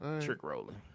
trick-rolling